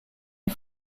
est